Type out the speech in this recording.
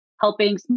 helping